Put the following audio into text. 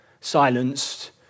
silenced